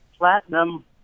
Platinum